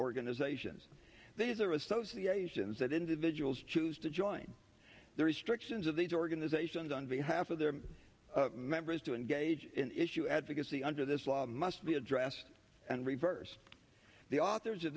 organizations these are asians that individuals choose to join the restrictions of these organizations on behalf of their members to engage in issue advocacy under this law must be addressed and reversed the authors of